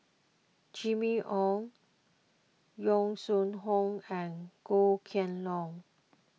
Jimmy Ong Yong Shu Hoong and Goh Kheng Long